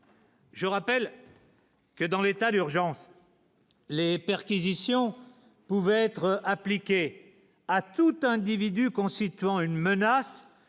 Je rappelle que dans l'état d'urgence, les perquisitions pouvait être appliqué à tout individu constituant une menace